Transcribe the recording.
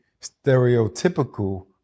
stereotypical